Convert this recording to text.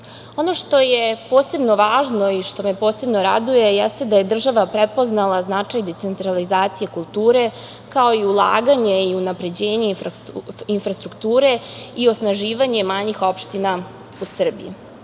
Ono što je posebno važno i što me posebno raduje jeste da je država prepoznala značaj decentralizacije kulture, kao i ulaganje i unapređenje infrastrukture i osnaživanje manjih opština u Srbiji. Opština